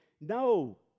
no